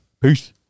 Peace